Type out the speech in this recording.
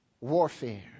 warfare